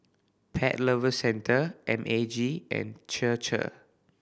Pet Lovers Centre M A G and Chir Chir